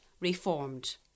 reformed